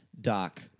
Doc